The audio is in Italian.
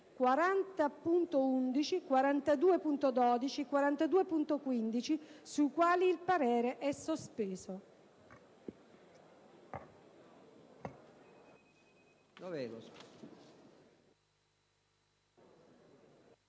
42.11, 42.12 e 42.15, sui quali il parere è sospeso».